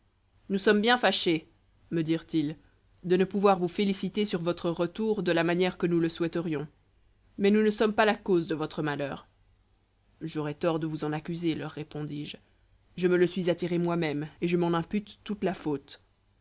nous sommes bien fâchés me dirent-ils de ne pouvoir vous féliciter sur votre retour de la manière que nous le souhaiterions mais nous ne sommes pas la cause de votre malheur j'aurais tort de vous en accuser leur répondis-je je me le suis attiré moi-même et je m'en impute toute la faute